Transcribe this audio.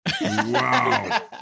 Wow